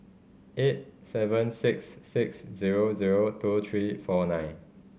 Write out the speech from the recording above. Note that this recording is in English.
eight seven six six zero zero two three four nine